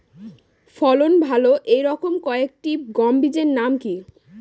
ফলন ভালো এই রকম কয়েকটি গম বীজের নাম কি?